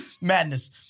Madness